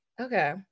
Okay